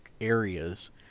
areas